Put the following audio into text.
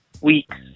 weeks